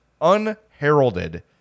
unheralded